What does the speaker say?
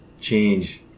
change